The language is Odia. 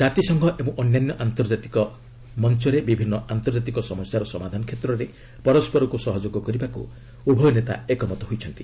ଜାତିସଂଘ ଏବଂ ଅନ୍ୟାନ୍ୟ ଆନ୍ତର୍ଜାତିକ ମଞ୍ଚଳରେ ବିଭିନ୍ନ ଆନ୍ତର୍ଜାତିକ ସମସ୍ୟାର ସମାଧାନ କ୍ଷେତ୍ରରେ ପରସ୍କରକୁ ସହଯୋଗ କରିବାକୁ ଉଭୟ ନେତା ଏକମତ ହୋଇଛନ୍ତି